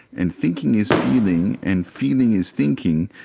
and thinking is feeling and feeling is thinking,